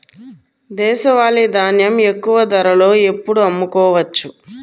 దేశవాలి ధాన్యం ఎక్కువ ధరలో ఎప్పుడు అమ్ముకోవచ్చు?